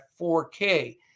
4K